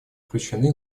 включены